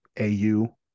AU